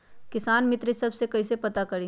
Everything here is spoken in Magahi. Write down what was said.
किसान मित्र ई सब मे कईसे पता करी?